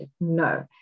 No